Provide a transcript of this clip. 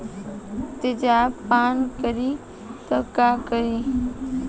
तेजाब पान करी त का करी?